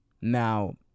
Now